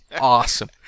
awesome